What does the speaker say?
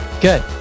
Good